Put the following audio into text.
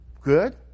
good